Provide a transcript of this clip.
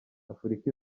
afurika